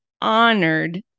honored